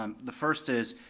um the first is,